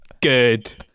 Good